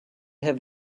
have